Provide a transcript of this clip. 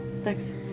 Thanks